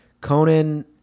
Conan